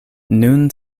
nun